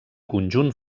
conjunt